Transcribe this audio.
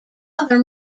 other